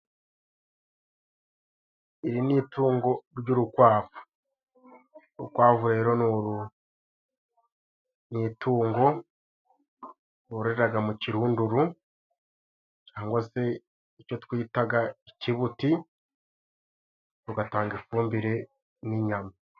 Iri ni itungo ry'urukwavu. Urukwavu rero ni itungo bororeraga mu ikiruduru cyangwa se icyo twitaga ikibuti rugatanga ifumbire n'inyama.